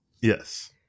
Yes